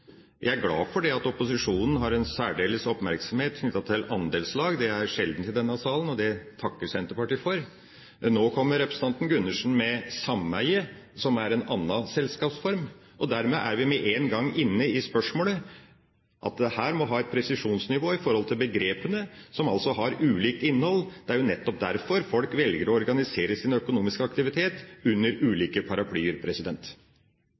Jeg er glad for at opposisjonen har en særdeles oppmerksomhet knyttet til andelslag. Det er sjelden i denne salen, og det takker Senterpartiet for. Nå kommer representanten Gundersen med sameie, som er en annen selskapsform. Dermed er vi med en gang inne i spørsmålet om å ha et presisjonsnivå når det gjelder begrepene, som altså har ulikt innhold. Det er jo nettopp derfor folk velger å organisere sin økonomiske aktivitet under